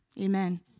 Amen